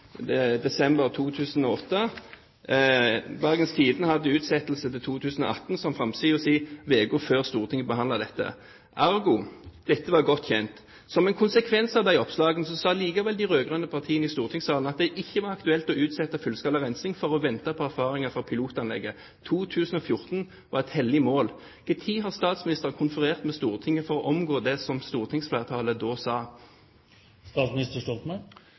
desember 2008. Bergens Tidende hadde utsettelse til 2018 på framsiden uken før Stortinget behandlet dette – ergo, dette var godt kjent. Som en konsekvens av de oppslagene sa likevel de rød-grønne partiene i stortingssalen at det ikke var aktuelt å utsette fullskala rensing for å vente på erfaringer fra pilotanlegget. 2014 var et hellig mål. Når konfererte statsministeren med Stortinget for å omgå det som stortingsflertallet da sa?